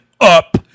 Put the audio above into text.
up